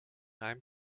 einem